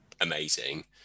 amazing